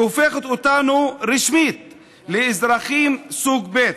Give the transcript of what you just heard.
שהופכת אותנו רשמית לאזרחים סוג ב'.